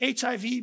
HIV